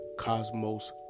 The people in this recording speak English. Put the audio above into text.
cosmos